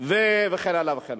וכן הלאה.